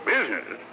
Business